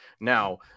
Now